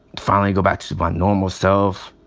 finally go back to my normal self.